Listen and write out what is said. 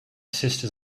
sisters